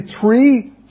three